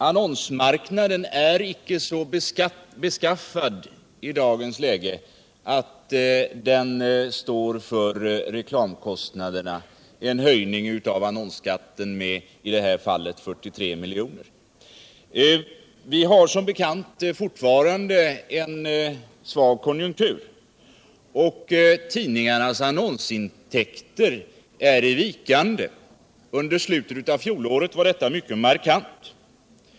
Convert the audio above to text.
Annonsmarknaden är i dagens läge icke så beskaffad att den står för hela reklamskatten och för en höjning av annonsskatten med i det här fallet 43 miljoner. Vi har som bekant fortfarande en svag konjunktur, och tidningarnas annonsintäkter är i vikande. Under slutet av fjolåret var detta mycket markant.